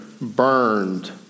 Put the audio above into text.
burned